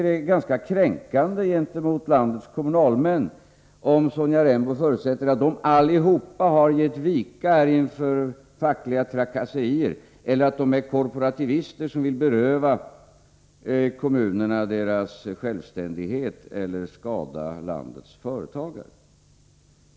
Det är ganska kränkande gentemot landets kommunalmän, om Sonja Rembo förutsätter att de alla har gett vika inför fackliga trakasserier eller att de är korporativister som vill beröva kommunerna deras självständighet eller skada landets företagare.